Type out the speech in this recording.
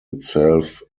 itself